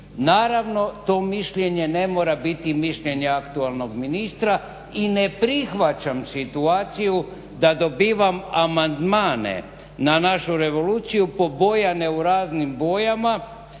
Naravno to mišljenje ne mora biti mišljenje aktualnog ministra i ne prihvaćam situaciju da dobivam amandmane na našu revoluciju pobojane u raznim bojama